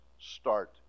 start